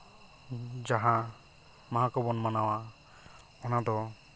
ᱡᱟᱦᱟᱸ ᱢᱟᱦᱟ ᱠᱚᱵᱚᱱ ᱢᱟᱱᱟᱣᱟ ᱚᱱᱟ ᱫᱚ